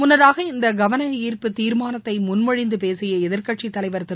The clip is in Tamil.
முன்னதாக இந்த கவனஈர்ப்பு தீர்மானத்தை முன்மொழிந்து பேசிய எதிர்க்கட்சித் தலைவர் திரு